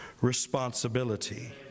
responsibility